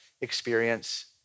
experience